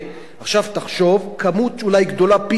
עכשיו, תחשוב על כמות אולי גדולה פי-עשרה,